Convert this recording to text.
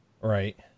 Right